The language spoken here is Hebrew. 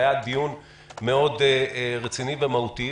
היה דיון מאוד רציני ומהותי,